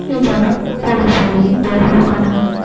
ᱡᱚᱱᱚᱜ ᱠᱩᱲᱤ ᱦᱚᱯᱚᱱ ᱞᱟᱹᱜᱤᱫ ᱫᱚ ᱦᱩᱭᱩᱜ ᱠᱟᱱᱟ